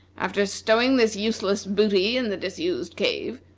after stowing this useless booty in the disused cave,